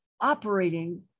operating